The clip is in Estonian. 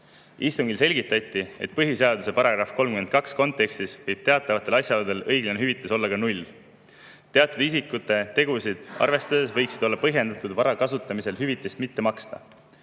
Istungil selgitati, et põhiseaduse § 32 kontekstis võib teatavatel asjaoludel õiglane hüvitis olla ka 0 [eurot] ehk teatud isikute tegusid arvestades võiks olla põhjendatud vara kasutamisel hüvitist mitte maksta.